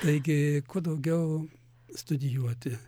taigi kuo daugiau studijuoti